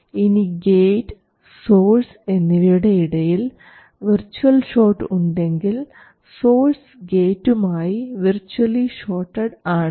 ഇനി gate source എന്നിവയുടെ ഇടയിൽ വിർച്വൽ ഷോട്ട് ഉണ്ടെങ്കിൽ സോഴ്സ് ഗേറ്റും ആയി വിർച്ച്വലി ഷോർട്ടഡ് ആണ്